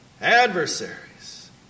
Adversaries